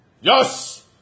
Yes